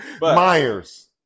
Myers